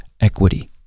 equity